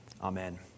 amen